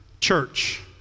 church